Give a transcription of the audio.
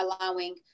allowing